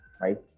right